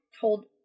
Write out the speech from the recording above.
told